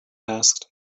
asked